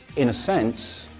in a sense,